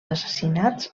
assassinats